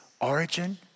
origin